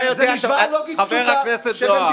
ברגע שאתם, הוא לא היה קיים,